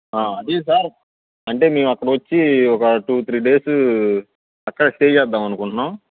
అది సార్ అంటే మేము అక్కడిక్కొచ్చి ఒక టూ త్రీ డేస్ అక్కడే స్టే చేద్దాము అనుకుంటున్నాము